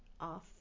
off